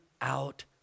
out